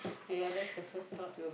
!aiya! that's the first thought